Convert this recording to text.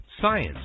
science